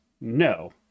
No